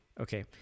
okay